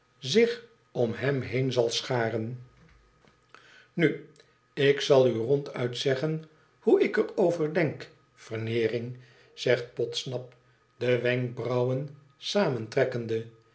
zich torn hem heen zal scharen nu ik zal u ronduit zeggen hoe ik er over denk veneering zegt fodsnap de wenkbrauwen samentrekkende